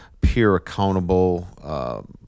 peer-accountable